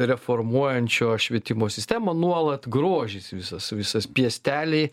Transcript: reformuojančio švietimo sistemą nuolat grožis visas visas piesteliai